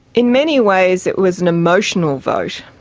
in many ways it was an emotional vote.